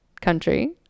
country